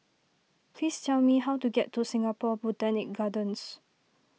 please tell me how to get to Singapore Botanic Gardens